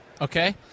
Okay